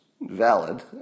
valid